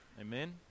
Amen